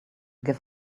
give